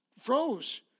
froze